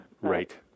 Right